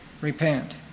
repent